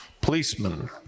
policemen